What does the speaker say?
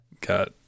got